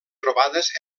trobades